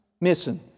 missing